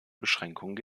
beschränkung